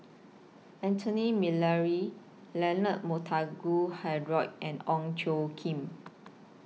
Anthony Miller Leonard Montague Harrod and Ong Tjoe Kim